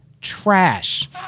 trash